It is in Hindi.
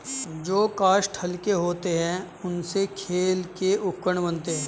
जो काष्ठ हल्के होते हैं, उनसे खेल के उपकरण बनते हैं